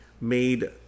made